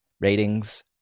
ratings